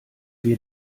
wir